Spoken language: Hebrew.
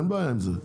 אין בעיה עם זה.